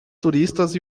turistas